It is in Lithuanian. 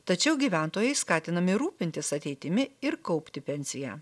tačiau gyventojai skatinami rūpintis ateitimi ir kaupti pensiją